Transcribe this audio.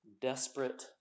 desperate